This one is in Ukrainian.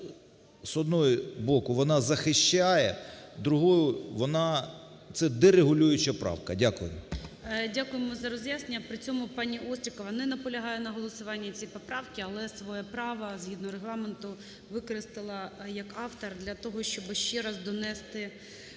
з одного боку, вона захищає, з другого, це – дерегулююча правка. Дякую. ГОЛОВУЮЧИЙ. Дякуємо за роз'яснення. При цьому пані Острікова не наполягає на голосуванні цієї поправки, але своє право згідно регламенту використала як автор для того, щоб ще раз донести